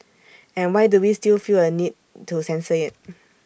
and why do we still feel A need to censor IT